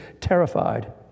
terrified